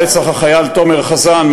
רצח החייל תומר חזן,